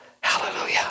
Hallelujah